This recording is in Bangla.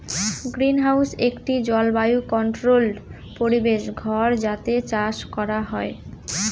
গ্রিনহাউস একটি জলবায়ু কন্ট্রোল্ড পরিবেশ ঘর যাতে চাষ করা হয়